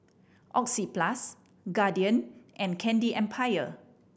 Oxyplus Guardian and Candy Empire